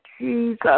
Jesus